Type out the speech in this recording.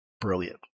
brilliant